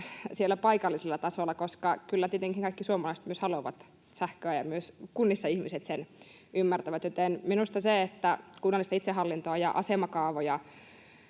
siellä paikallisella tasolla. Kyllä tietenkin kaikki suomalaiset haluavat sähköä, ja myös kunnissa ihmiset sen ymmärtävät. Minusta se, että kunnallista itsehallintoa ja asemakaavoja